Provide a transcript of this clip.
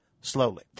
slowly